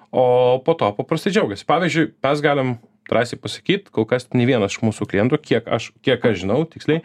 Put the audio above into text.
o po to paprastai džiaugiasi pavyzdžiui mes galim drąsiai pasakyt kol kas nė vienas iš mūsų klientų kiek aš kiek aš žinau tiksliai